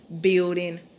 building